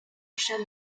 cher